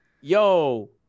yo